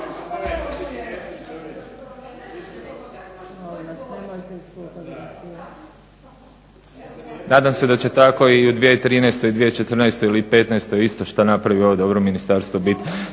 Nadam se da će tako i u 2013. ,2014. ili 2015. isto što napravi dobro ovo ministarstvo bit